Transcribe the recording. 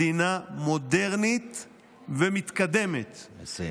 מדינה מודרנית ומתקדמת, נא לסיים.